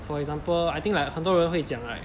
for example I think like 很多人会会讲 like